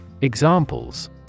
Examples